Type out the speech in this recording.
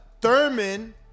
Thurman